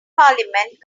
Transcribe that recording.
parliament